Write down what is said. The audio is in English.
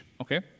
okay